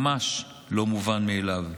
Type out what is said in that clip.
ממש לא מובן מאליו.